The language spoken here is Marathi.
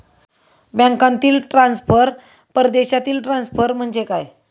बँकांतील ट्रान्सफर, परदेशातील ट्रान्सफर म्हणजे काय?